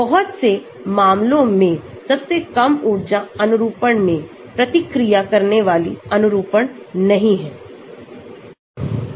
बहुत से मामलों में सबसे कम ऊर्जा अनुरूपण में प्रतिक्रिया करने वाली अनुरूपण नहीं है